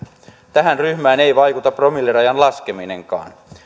tähän ryhmään ei vaikuta promillerajan laskeminenkaan